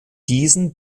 diesen